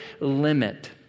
limit